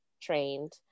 trained